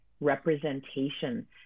representation